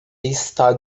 está